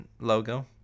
logo